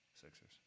Sixers